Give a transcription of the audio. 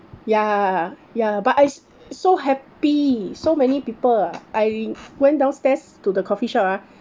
ya ya but I s~ so happy so many people ah I went downstairs to the coffee shop ah